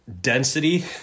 density